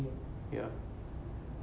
ya